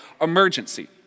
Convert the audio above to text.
emergency